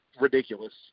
ridiculous